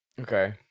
Okay